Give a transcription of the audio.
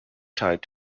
tied